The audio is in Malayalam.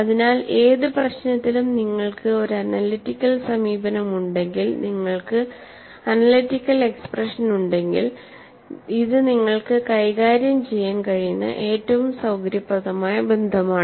അതിനാൽ ഏത് പ്രശ്നത്തിലും നിങ്ങൾക്ക് ഒരു അനാലിറ്റിക്കൽ സമീപനമുണ്ടെങ്കിൽ നിങ്ങൾക്ക് അനാലിറ്റിക്കൽ എക്സ്പ്രഷനുണ്ടെങ്കിൽ ഇത് നിങ്ങൾക്ക് കൈകാര്യം ചെയ്യാൻ കഴിയുന്ന ഏറ്റവും സൌകര്യപ്രദമായ ബന്ധമാണ്